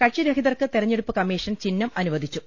കക്ഷിരഹിതർക്ക് തെരഞ്ഞെടുപ്പ് കമ്മീഷൻ ചിഹ്നം അനു വദിച്ചു